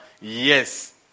Yes